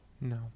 No